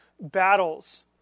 battles